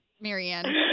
Marianne